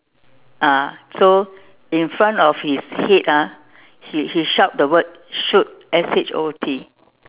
ah so in front of his head ah he he shout the word shoot S H O O T